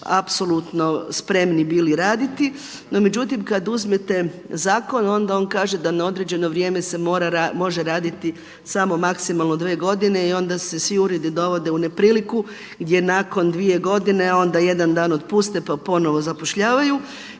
apsolutno spremni bili raditi. No međutim, kada uzmete zakon onda on kaže da na određeno vrijeme se može raditi samo maksimalno dvije godine i onda se svi uredi dovode u nepriliku gdje nakon 2 godine onda jedan dan otpuste, pa ponovno zapošljavaju.